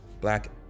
black